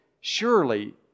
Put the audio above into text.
surely